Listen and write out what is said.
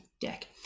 deck